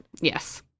Yes